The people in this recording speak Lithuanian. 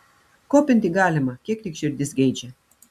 kopinti galima kiek tik širdis geidžia